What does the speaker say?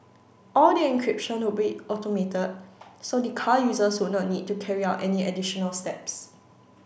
all the encryption would be automated so the car users would not need to carry out any additional steps